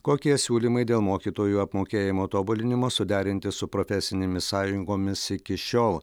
kokie siūlymai dėl mokytojų apmokėjimo tobulinimo suderinti su profesinėmis sąjungomis iki šiol